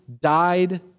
died